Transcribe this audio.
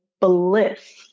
bliss